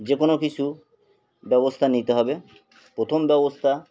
যে কোনো কিছু ব্যবস্থা নিতে হবে প্রথম ব্যবস্থা